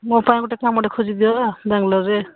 ମୋ ପାଇଁ ଗୋଟେ କାମଟେ ଖୋଜିଦିଅ ବାଙ୍ଗାଲୋରରେ